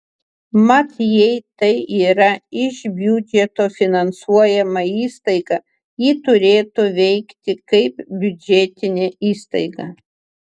mat jei tai yra iš biudžeto finansuojama įstaiga ji turėtų veikti kaip biudžetinė įstaiga